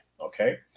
okay